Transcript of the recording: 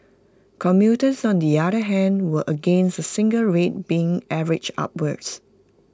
commuters on the other hand were against A single rate being averaged upwards